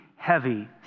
heavy